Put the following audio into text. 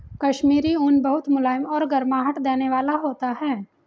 कश्मीरी ऊन बहुत मुलायम और गर्माहट देने वाला होता है